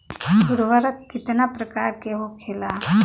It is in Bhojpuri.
उर्वरक कितना प्रकार के होखेला?